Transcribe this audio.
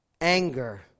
Anger